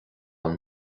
ann